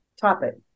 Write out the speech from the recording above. topic